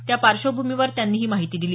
त्या पार्श्वभूमीवर त्यांनी ही माहिती दिली